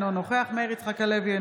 אינו נוכח מאיר יצחק הלוי,